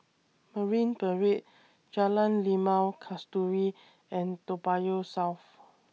Marine Parade Jalan Limau Kasturi and Toa Payoh South